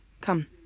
Come